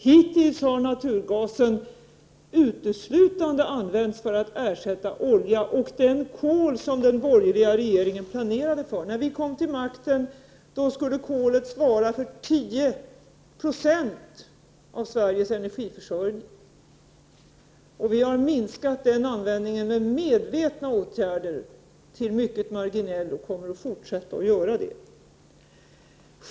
Hittills har naturgasen uteslutande använts för att ersätta olja och den kol som den borgerliga regeringen planerade för. När vi kom till makten skulle kolet svara för 10 90 av Sveriges energiförsörjning. Vi har minskat användningen av kol genom medvetna åtgärder, så att den har blivit mycket marginell, och vi kommer att fortsätta i den riktningen.